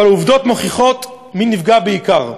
אבל העובדות מוכיחות מי נפגע בעיקר.